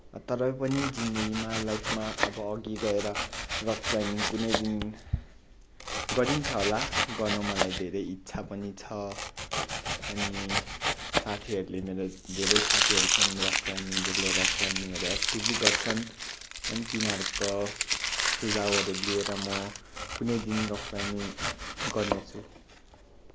तरै पनि जिन्दगीमा लाइफमा अब अघि गएर रक क्लाइम्बिङ कुनै दिन गरिन्छ होला गर्नु मलाई धेरै इच्छा पनि छ अनि साथीहरूले मेरो धेरै साथीहरू छन् रक क्लाइम्बिङ जसले रक क्लाइम्बिङहरू एक्टिभली गर्छन् अनि तिनीहरूको सुझाउहरू लिएर म कुनै दिन रक क्लाइम्बिङ गर्नेछु